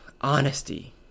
honesty